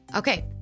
Okay